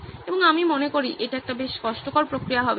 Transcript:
এবং আমি মনে করি এটি একটি বেশ কষ্টকর প্রক্রিয়া হবে